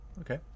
Okay